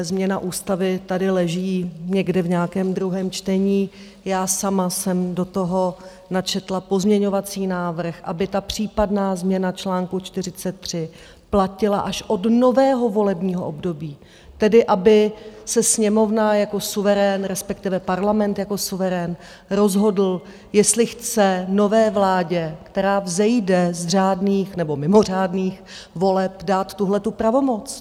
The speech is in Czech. Změna ústavy tady leží někde v nějakém druhém čtení, já sama jsem do toho načetla pozměňovací návrh, aby ta případná změna článku 43 platila až od nového volebního období, tedy aby se Sněmovna jako suverén, respektive Parlament jako suverén rozhodl, jestli chce nové vládě, která vzejde z řádných nebo mimořádných voleb, dát tuhle pravomoc.